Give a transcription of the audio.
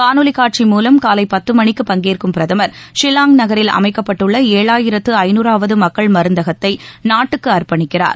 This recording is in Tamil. காணொலி காட்சி மூலம் காலை பத்து மணிக்கு பங்கேற்கும் பிரதமர் ஷில்லாங் நகரில் அமைக்கப்பட்டுள்ள ஏழாயிரத்து ஐநுறாவது மக்கள் மருந்தகத்தை நாட்டுக்கு அர்ப்பணிக்கிறார்